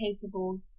capable